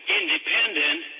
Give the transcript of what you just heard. independent